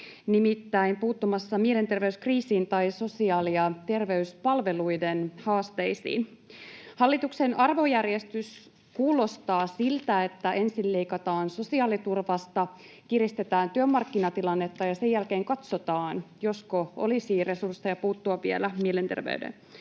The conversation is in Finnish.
nimittäin puuttumassa mielenterveyskriisiin tai sosiaali- ja terveyspalveluiden haasteisiin. Hallituksen arvojärjestys kuulostaa siltä, että ensin leikataan sosiaaliturvasta, kiristetään työmarkkinatilannetta ja sen jälkeen katsotaan, josko olisi resursseja puuttua vielä mielenterveyden